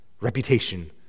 reputation